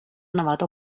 navata